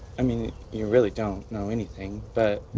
i mean, you really don't know anything. but.